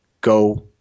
go